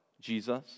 Jesus